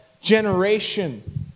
generation